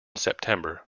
september